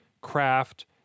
craft